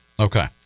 okay